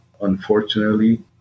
Unfortunately